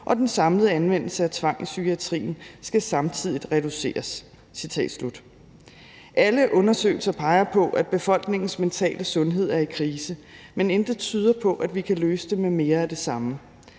og den samlede anvendelse af tvang i psykiatrien skal samtidig reduceres. Alle undersøgelser peger på, at befolkningens mentale sundhed er i krise, men intet tyder på, at vi kan løse det med mere af det samme.